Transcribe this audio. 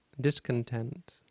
discontent